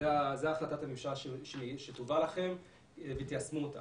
זו החלטת הממשלה שטובה לכם ותיישמו אותה.